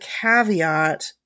caveat